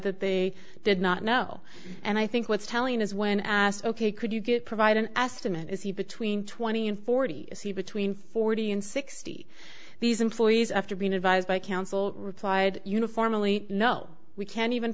that they did not know and i think what's telling is when asked ok could you get provide an ass to is he between twenty and forty is he between forty and sixty these employees after being advised by counsel replied uniformally no we can't even